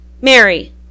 Mary